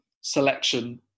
selection